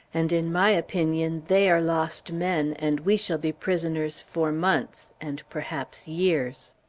and, in my opinion, they are lost men, and we shall be prisoners for months, and perhaps years.